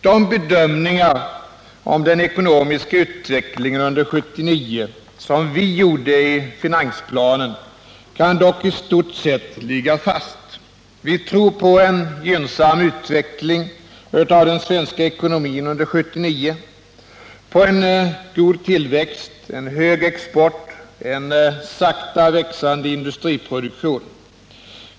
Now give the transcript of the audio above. De bedömningar av den ekonomiska utvecklingen under 1979 som vi gjorde i finansplanen kan dock i stort sett ligga fast. Vi tror på en gynnsam utveckling av den svenska ekonomin under 1979, på en god tillväxt, en hög export och en sakta växande industriproduktion.